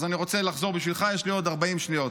אז אני רוצה לחזור בשבילך, יש לי עוד 40 שניות.